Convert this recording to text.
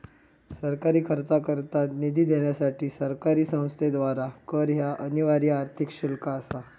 सरकारी खर्चाकरता निधी देण्यासाठी सरकारी संस्थेद्वारा कर ह्या अनिवार्य आर्थिक शुल्क असा